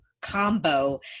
combo